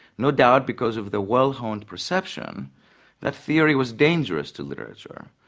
no doubt because of the well-honed perception that theory was dangerous to literature,